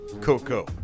Coco